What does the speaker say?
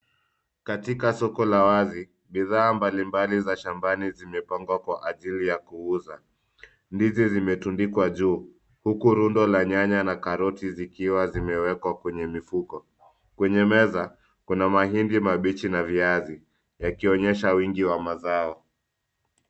Katika soko la wazi, bidhaa mbalimbali za shambani zimepangwa kwa ajili ya kuuza. Ndizi zimetundikwa juu huku rundo la nyanya na karaoti zikiwa zimewekwa kwenye mifuko. Kwenye meza, kuna mahindi mabichi na viazi yakionyesha wingi wa mazao.